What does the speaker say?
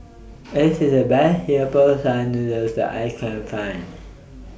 This IS The Best Singapore Style Noodles that I Can Find